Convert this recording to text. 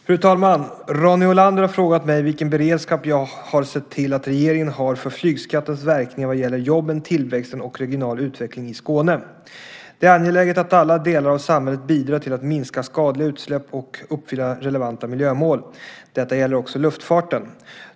Fru talman! Ronny Olander har frågat mig vilken beredskap jag har sett till att regeringen har för flygskattens verkningar vad gäller jobben, tillväxten och regional utveckling i Skåne. Det är angeläget att alla delar av samhället bidrar till att minska skadliga utsläpp och uppfylla relevanta miljömål. Detta gäller också luftfarten.